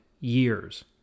years